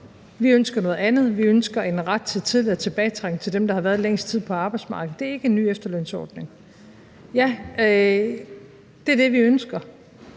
Vi ønsker noget andet; vi ønsker en ret til tidligere tilbagetrækning for dem, der har været længst tid på arbejdsmarkedet. Det er ikke en ny efterlønsordning. Ja, det er det, vi ønsker.